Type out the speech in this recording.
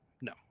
No